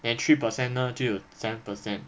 then three percent 呢就 seven percent